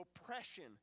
oppression